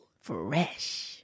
Fresh